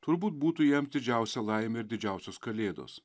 turbūt būtų jam didžiausia laimė ir didžiausios kalėdos